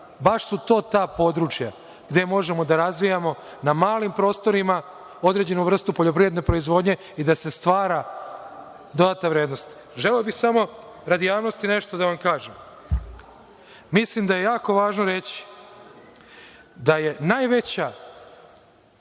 Baš su to ta područja gde možemo da razvijamo na malim prostorima određenu vrstu poljoprivredne proizvodnje i da se stvara dodatna vrednost. Želeo bih samo radi javnosti da vam kažem. Mislim da je jako važno reći da je najveći